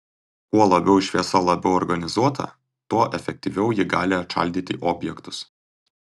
kuo labiau šviesa labiau organizuota tuo efektyviau ji gali atšaldyti objektus